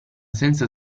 senza